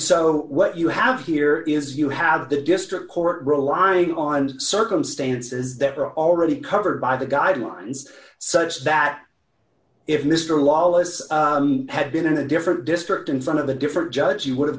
so what you have here is you have the district court relying on circumstances that are already covered by the guidelines such that that if mr lawless had been in a different district in front of a different judge you would have